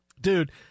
Dude